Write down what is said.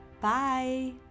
Bye